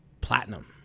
platinum